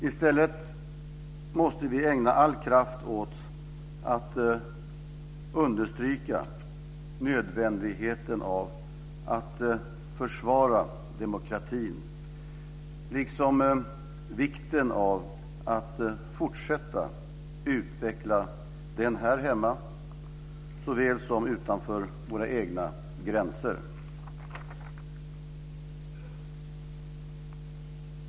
I stället måste vi ägna all kraft åt att understryka nödvändigheten av att försvara demokratin liksom vikten av att fortsätta att utveckla den här hemma såväl som utanför våra egna gränser.